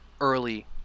early